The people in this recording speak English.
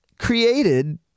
Created